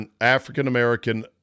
African-American